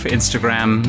Instagram